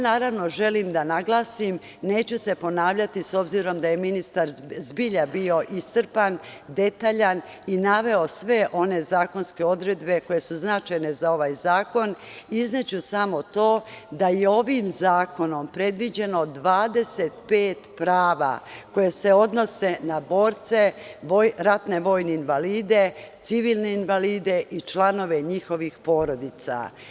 Naravno, želim da naglasim, neću se ponavljati, s obzirom da je ministar zbilja bio iscrpan, detaljan i naveo sve one zakonske odredbe koje su značajne za ovaj zakon, izneću samo to da je ovim zakonom predviđeno 25 prava koja se odnose na borce, ratne vojne invalide, civilne invalide i članove njihovih porodica.